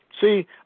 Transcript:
See